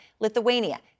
Lithuania